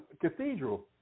cathedral